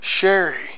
Sherry